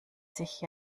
sich